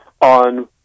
on